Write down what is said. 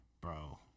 Bro